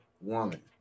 woman